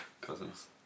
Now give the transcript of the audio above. Cousins